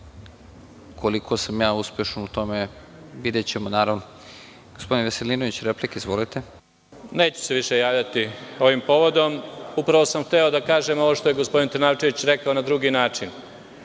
koliko sam ja uspešan u tome, videćemo, naravno. Gospodin Veselinović, replika, izvolite. **Janko Veselinović** Neću se više javljati ovim povodom, upravo sam hteo da kažem ovo što je gospodin Trnavčević rekao na drugi način.U